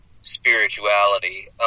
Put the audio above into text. spirituality